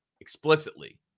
explicitly